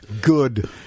Good